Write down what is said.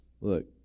Look